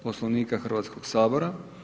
Poslovnika Hrvatskoga sabora.